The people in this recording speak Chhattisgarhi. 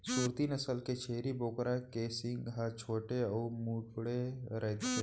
सूरती नसल के छेरी बोकरा के सींग ह छोटे अउ मुड़े रइथे